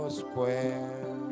square